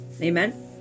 amen